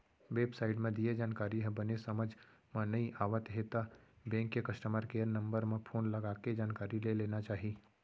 web site म दिये जानकारी ह बने समझ म नइ आवत हे त बेंक के कस्टमर केयर नंबर म फोन लगाके जानकारी ले लेना चाही